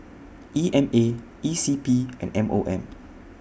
E M A E C P and M O M